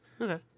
Okay